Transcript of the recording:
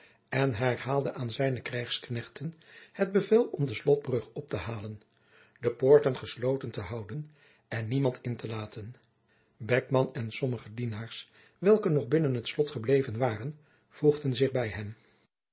en herhaalde aan zijne krijgsknechten het bevel om de slotbrug op te halen de poorten gesloten te houden en niemand in te laten beckman en sommige dienaars welke nog binnen het slot gebleven waren voegden zich bij hem